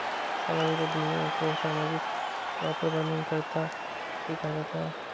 सामाजिक उद्यमियों को सामाजिक नवप्रवर्तनकर्त्ता भी कहा जाता है